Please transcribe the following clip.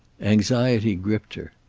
anxiety gripped her.